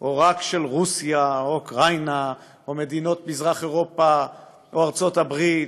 או רק של רוסיה או אוקראינה או מדינות מזרח אירופה או ארצות הברית.